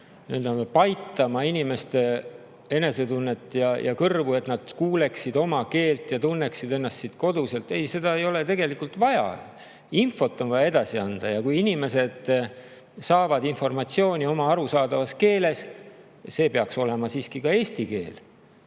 lihtsalt paitama inimeste enesetunnet ja kõrvu, et nad kuuleksid oma keelt ja tunneksid ennast siin koduselt. Ei, seda ei ole tegelikult vaja. Infot on vaja edasi anda. Ja kui inimesed saavad informatsiooni endale arusaadavas keeles – see peaks olema siiski ka eesti keel